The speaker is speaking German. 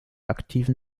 aktiven